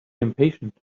impatient